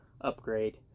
upgrade